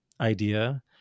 idea